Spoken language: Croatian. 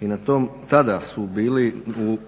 i na tom tada su bili